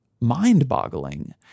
mind-boggling